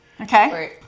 Okay